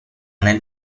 nel